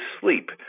sleep